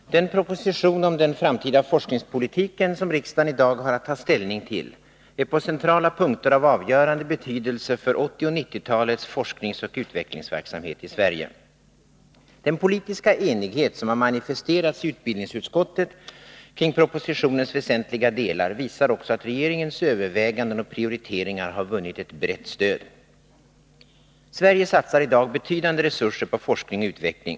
Herr talman! Den proposition om den framtida forskningspolitiken som riksdagen i dag har att ta ställning till är på centrala punkter av avgörande betydelse för 1980 och 1990-talets forskningsoch utvecklingsverksamhet i Sverige. Den politiska enighet som har manifesterats i utbildningsutskottet kring propositionens väsentliga delar visar också att regeringens överväganden och prioriteringar har vunnit ett brett stöd. Sverige satsar i dag betydande resurser på forskning och utveckling.